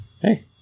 Hey